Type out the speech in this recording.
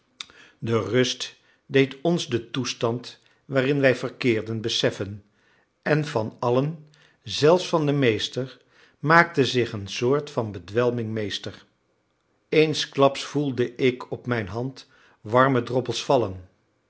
de rust deed ons den toestand waarin wij verkeerden beseffen en van allen zelfs van den meester maakte zich een soort van bedwelming meester eensklaps voelde ik op mijn hand warme droppels vallen